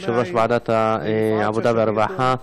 יושב-ראש ועדת העבודה והרווחה,